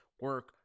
Work